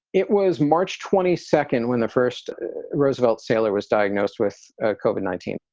it was march twenty second when the first roosevelt sailor was diagnosed with cauvin, nineteen.